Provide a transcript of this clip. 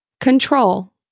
Control